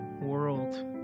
world